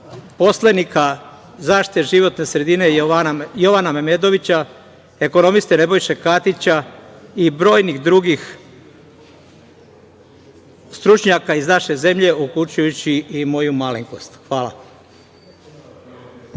poslanika zaštite životne Jovana Memedovića, ekonomiste Nebojše Katića i brojnih drugih stručnjaka iz naše zemlje, uključujući i moju malenkost. Hvala.